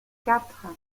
quatre